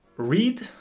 read